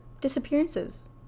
disappearances